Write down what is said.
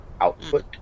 output